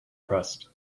pressed